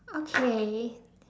okay